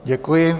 Děkuji.